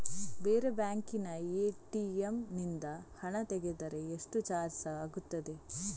ಬೇರೆ ಬ್ಯಾಂಕಿನ ಎ.ಟಿ.ಎಂ ನಿಂದ ಹಣ ತೆಗೆದರೆ ಎಷ್ಟು ಚಾರ್ಜ್ ಆಗುತ್ತದೆ?